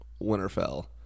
Winterfell